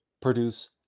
produce